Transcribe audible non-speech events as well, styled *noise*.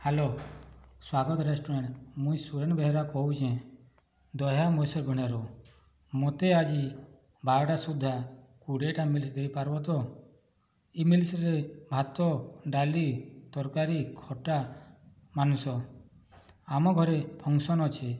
hello Swagat restaurant ମୁଁ ସୁରେନ୍ ବେହେରା କହୁଛି ଦୟା *unintelligible* ରୁ ମୋତେ ଆଜି ବାରଟା ସୁଦ୍ଧା କୋଡ଼ିଏଟା ମିଲ୍ସ ଦେଇପାରିବ ତ ଏହି ମିଲ୍ସରେ ଭାତ ଡାଲି ତରକାରୀ ଖଟା ମାଂସ ଆମ ଘରେ ଫଙ୍କସନ୍ ଅଛି